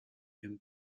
ihrem